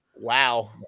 Wow